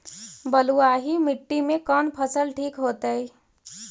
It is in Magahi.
बलुआही मिट्टी में कौन फसल ठिक होतइ?